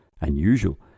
unusual